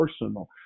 personal